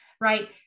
right